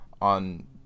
on